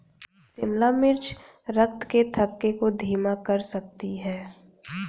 शिमला मिर्च रक्त के थक्के को धीमा कर सकती है